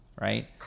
right